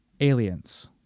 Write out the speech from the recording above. aliens